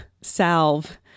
salve